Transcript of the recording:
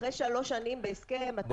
אחרי שלוש שנים בהסכם, אתה לא זוכר.